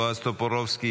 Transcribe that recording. בועז טופורובסקי,